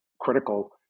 critical